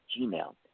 gmail